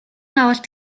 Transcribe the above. авалт